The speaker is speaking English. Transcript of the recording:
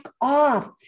off